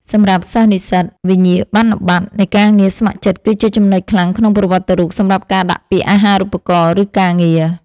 សម្រាប់សិស្សនិស្សិត វិញ្ញាបនបត្រនៃការងារស្ម័គ្រចិត្តគឺជាចំណុចខ្លាំងក្នុងប្រវត្តិរូប សម្រាប់ការដាក់ពាក្យអាហាររូបករណ៍ ឬការងារ។